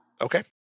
Okay